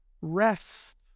Rest